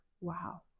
wow